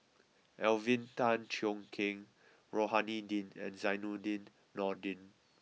Alvin Tan Cheong Kheng Rohani Din and Zainudin Nordin